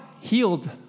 healed